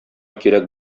кирәк